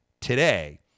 today